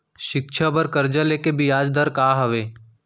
शिक्षा बर कर्जा ले के बियाज दर का हवे?